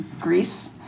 Greece